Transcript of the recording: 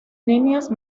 línea